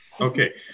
Okay